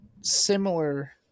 similar